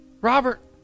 Robert